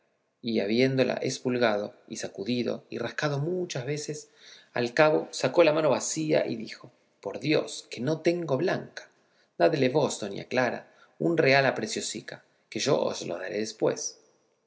y habiéndola espulgado y sacudido y rascado muchas veces al cabo sacó la mano vacía y dijo por dios que no tengo blanca dadle vos doña clara un real a preciosica que yo os le daré después